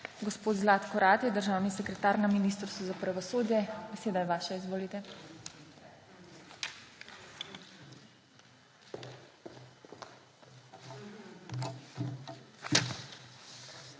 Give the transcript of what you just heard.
Gospod Zlatko Ratej, državni sekretar na Ministrstvu za pravosodje, beseda je vaša. Izvolite.